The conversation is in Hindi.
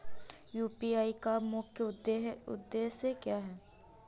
यू.पी.आई का मुख्य उद्देश्य क्या है?